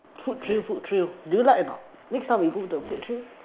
food trail food trail do you like a not next time we go the food trail